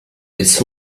its